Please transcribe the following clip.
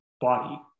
body